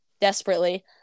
desperately